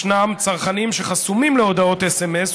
ישנם צרכנים שחסומים להודעות סמ"ס,